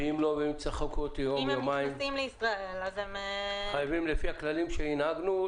אם הם נכנסים לישראל- -- לפי הכללים שהנהגנו,